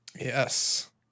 yes